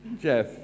Jeff